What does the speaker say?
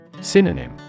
Synonym